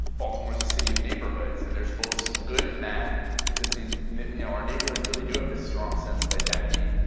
baltimore is a city of neighborhoods. and there's both some good in that because you know our neighborhoods really do have this strong sense of identity,